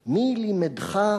האויב?/ מי לימדך: